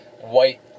white